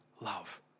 love